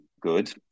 good